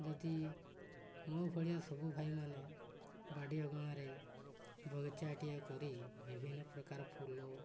ଯଦି ମୋ ଭଳିଆ ସବୁ ଭାଇମାନେ ବାଡ଼ି ଅଗଣାରେ ବଗିଚାଟିଏ କରି ବିଭିନ୍ନ ପ୍ରକାର ଫୁଲ